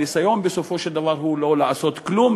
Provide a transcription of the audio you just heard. הניסיון בסופו של דבר הוא לא לעשות כלום.